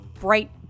bright